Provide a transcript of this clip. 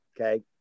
Okay